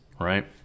right